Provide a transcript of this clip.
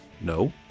No